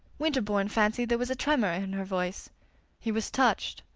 winterbourne fancied there was a tremor in her voice he was touched,